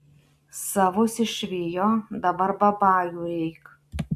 savus išvijo dabar babajų reik